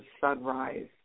sunrise